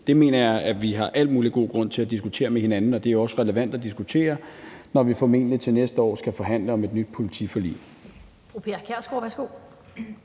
Det mener jeg vi har al mulig god grund til at diskutere med hinanden, og det er også relevant at diskutere, når vi formentlig til næste år skal forhandle om et nyt politiforlig.